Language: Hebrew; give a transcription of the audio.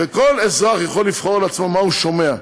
וכל אזרח יכול לבחור לעצמו מה הוא שומע.